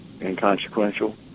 inconsequential